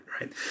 right